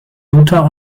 luther